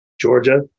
georgia